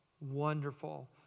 wonderful